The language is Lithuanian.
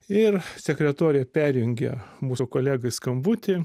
ir sekretorė perjungė mūsų kolegai skambutį